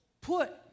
put